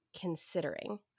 considering